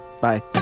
bye